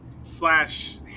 slash